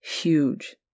huge